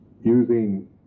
using